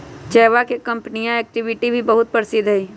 चयवा के कंपनीया एक्टिविटी भी बहुत प्रसिद्ध हई